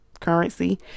currency